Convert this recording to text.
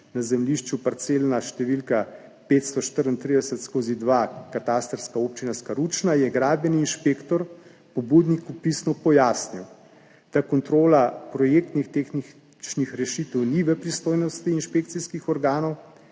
na zemljišču parcelna številka 534/2 katastrska občina Skaručna, je gradbeni inšpektor pobudniku pisno pojasnil, da kontrola projektnih tehničnih rešitev ni v pristojnosti inšpekcijskih organov.